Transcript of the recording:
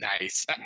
nice